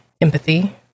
empathy